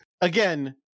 again